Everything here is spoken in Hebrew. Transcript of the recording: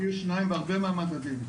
פי שניים בהרבה המדדים.